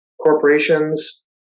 corporations